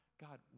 God